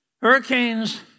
Hurricanes